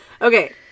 Okay